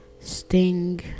Sting